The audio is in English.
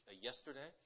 yesterday